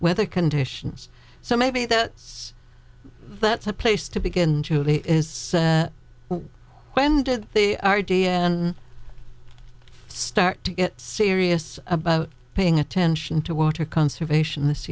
weather conditions so maybe that's that's a place to begin julie is when did they are d n start to get serious about paying attention to water conservation this